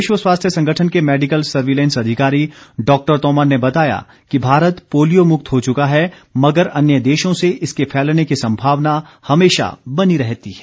विश्व स्वास्थ्य संगठन के मैडिकल सर्विलेंस अधिकारी डॉक्टर तोमर ने बताया कि भारत पोलियो मुक्त हो चुका है मगर अन्य देशों से इसके फैलने की संभावना हमेशा बनी रहती है